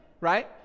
right